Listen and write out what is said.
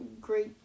Great